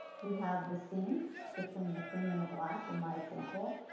we have the seam between the cream and the black in my example.